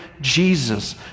Jesus